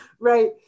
right